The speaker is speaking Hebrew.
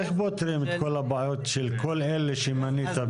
אבל איך פותרים את כל הבעיות של כל אלה שמנית?